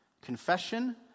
confession